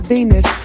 Venus